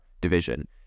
division